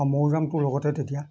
আৰু ময়ো যাম তোৰ লগতে তেতিয়া